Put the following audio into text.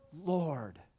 Lord